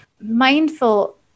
mindful